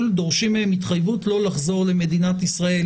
לארץ דורשים מהם התחייבות לא לחזור למדינת ישראל